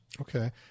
Okay